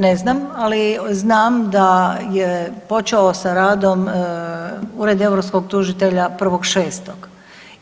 Ne znam, ali znam da je počeo sa radom Ured europskog tužitelja 1.6.